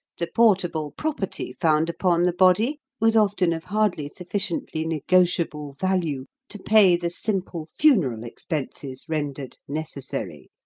the portable property found upon the body was often of hardly sufficiently negotiable value to pay the simple funeral expenses rendered necessary.